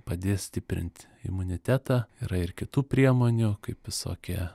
padės stiprint imunitetą yra ir kitų priemonių kaip visokie